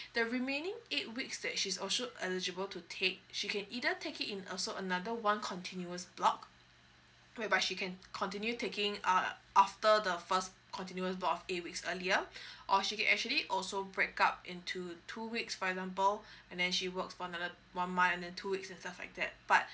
the remaining eight weeks that she's also eligible to take she can either take it in also another one continuous block whereby she can continue taking uh after the first continuous block of eight weeks earlier or she can actually also break up into two weeks for example and then she works on another one month and then two weeks itself like that but